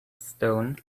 stone